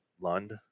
Lund